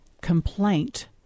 complaint